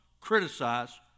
criticize